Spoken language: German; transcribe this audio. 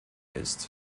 ist